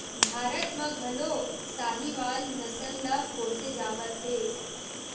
भारत म घलो साहीवाल नसल ल पोसे जावत हे